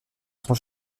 son